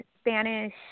Spanish